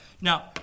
Now